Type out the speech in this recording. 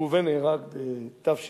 ראובן נהרג בתשל"א,